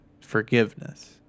forgiveness